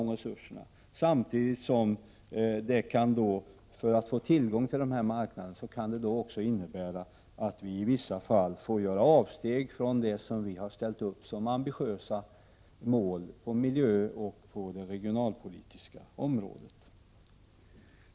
Samtidigt kan det innebära att vi i vissa fall får göra avsteg från det som vi ställt upp som ambitiösa mål på miljöområdet och på regionalpolitikens område.